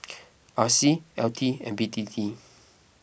R C L T and B T T